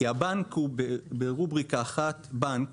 הבנק הוא ברובריקה את בנק,